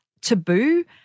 taboo